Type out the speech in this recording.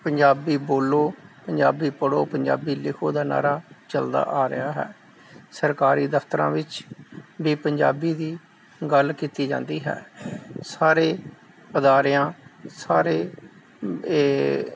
ਪੰਜਾਬੀ ਬੋਲੋ ਪੰਜਾਬੀ ਪੜੋ ਪੰਜਾਬੀ ਲਿਖੋ ਦਾ ਨਾਰਾ ਚਲਦਾ ਆ ਰਿਹਾ ਹੈ ਸਰਕਾਰੀ ਦਫਤਰਾਂ ਵਿੱਚ ਵੀ ਪੰਜਾਬੀ ਦੀ ਗੱਲ ਕੀਤੀ ਜਾਂਦੀ ਹੈ ਸਾਰੇ ਅਦਾਰਿਆਂ ਸਾਰੇ ਇਹ